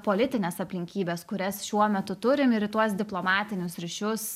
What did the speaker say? politines aplinkybes kurias šiuo metu turim ir į tuos diplomatinius ryšius